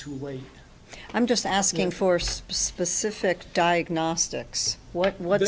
too late i'm just asking force specific diagnostics what what